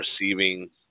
receiving